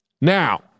Now